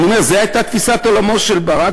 זו הייתה תפיסת עולמו של ברק,